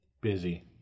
Busy